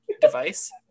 device